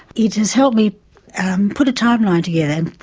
it has helped me put a timeline together, and